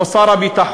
או שר הביטחון,